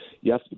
yes